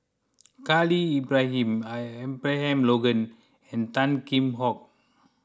Khalil Ibrahim Abraham Logan and Tan Kheam Hock